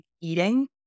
Eating